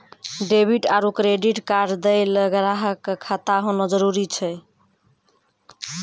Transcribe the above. debit आरू credit card दैय ल ग्राहक क खाता होना जरूरी छै